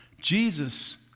Jesus